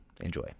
Enjoy